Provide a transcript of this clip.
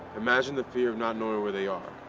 imagine the fear of not knowing where they are,